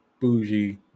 bougie